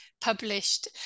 published